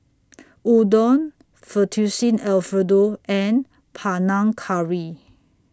Udon Fettuccine Alfredo and Panang Curry